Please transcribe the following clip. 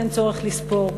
אין צורך לספור,